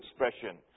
expression